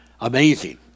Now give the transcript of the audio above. amazing